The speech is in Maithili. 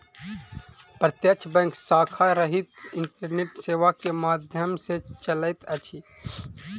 प्रत्यक्ष बैंक शाखा रहित इंटरनेट सेवा के माध्यम सॅ चलैत अछि